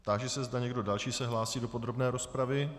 Táži se, zda někdo další se hlásí do podrobné rozpravy.